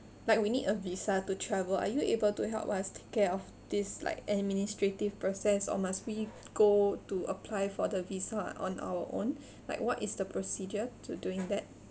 like we need a visa to travel are you able to help us take care of this like administrative process or must we go to apply for the visa on our own like what is the procedure to doing that